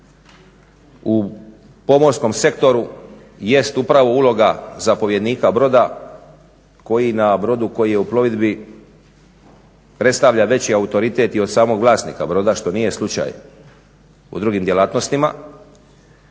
u pomorskom sektoru jest upravo uloga zapovjednika broda koji na brodu koji je u plovidbi predstavlja veći autoritet i od samog vlasnika broda što nije slučaj u drugim djelatnostima.